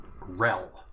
rel